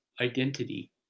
identity